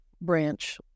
branch